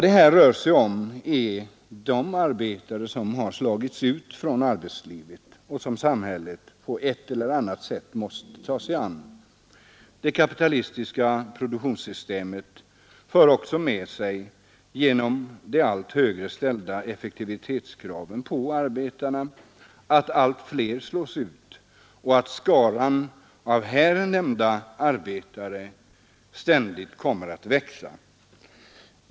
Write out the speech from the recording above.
Det rör sig här om de arbetare som slagits ut från arbetslivet och som samhället på ett eller annat sätt måste ta sig an. Det kapitalistiska produktionssystemet för också med sig — genom allt högre ställda effektivitetskrav på arbetarna — att allt fler slås ut och att skaran av här nämnda arbetare ständigt kommer att växa.